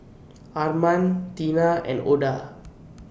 Arman Tina and Oda